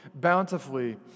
bountifully